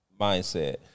mindset